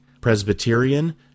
presbyterian